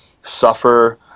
suffer